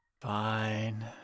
Fine